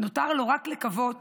ונותר לו רק לקוות